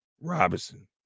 Robinson